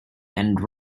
and